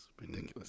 ridiculous